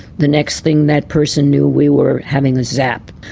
the next thing that person knew we were having a zap.